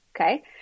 Okay